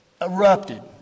Erupted